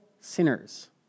sinners